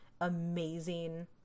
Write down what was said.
amazing